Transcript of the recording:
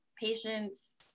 patients